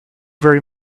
very